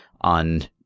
on